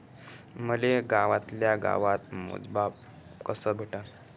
मले गावातल्या गावात मोजमाप कस भेटन?